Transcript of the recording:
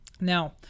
Now